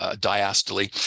diastole